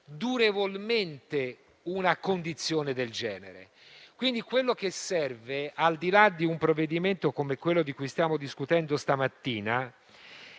durevolmente una condizione del genere. Quello che serve, al di là di un provvedimento come quello di cui stiamo discutendo stamattina,